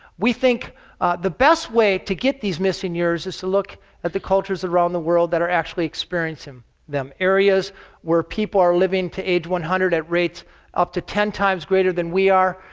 we think the best way to get these missing years is to look at the cultures around the world that are actually experiencing them, areas where people are living to age one hundred at rates up to ten times greater than we are,